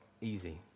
easy